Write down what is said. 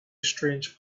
strange